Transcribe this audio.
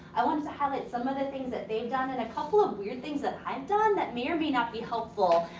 i wanted to highlight some of the things that they've done. and a couple of weird things that i've done that may or may not be helpful.